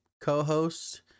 co-host